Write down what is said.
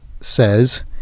says